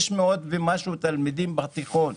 600 ומשהו תלמידים בתיכון,